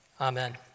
Amen